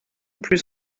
plus